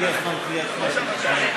הגיע זמן קריאת שמע של שחרית.